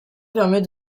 permet